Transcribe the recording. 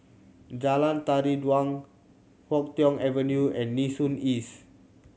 Jalan Tari Dulang Yuk Tong Avenue and Nee Soon East